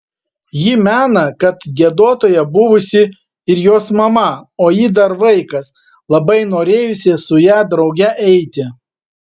ji mena kad giedotoja buvusi ir jos mama o ji dar vaikas labai norėjusi su ja drauge eiti